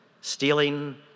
stealing